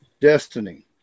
destiny